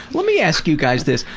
let me ask you guys this.